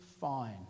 fine